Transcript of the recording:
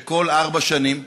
שכל ארבע שנים,